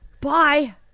Bye